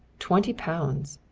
twenty pounds!